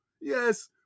Yes